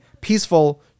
peaceful